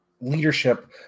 leadership